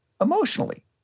emotionally